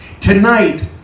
Tonight